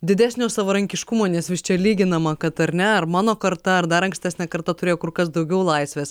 didesnio savarankiškumo nes vis čia lyginama kad ar ne ar mano karta ar dar ankstesnė karta turėjo kur kas daugiau laisvės